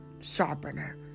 sharpener